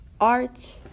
art